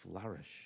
flourish